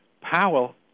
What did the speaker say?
Powell